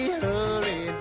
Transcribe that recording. hurry